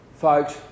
folks